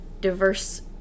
diverse